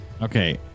Okay